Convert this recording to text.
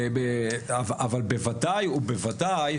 אבל בוודאי ובוודאי,